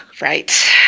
Right